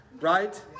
Right